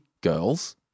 girls